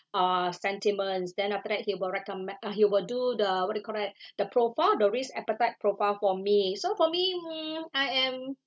uh sentiments then after that he will recommend uh he will do the what you call that the profile or risk appetite profile for me so for me hmm I am